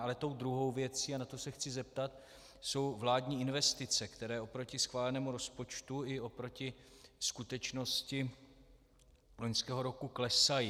Ale tou druhou věcí, a na to se chci zeptat, jsou vládní investice, které oproti schválenému rozpočtu i oproti skutečnosti loňského roku klesají.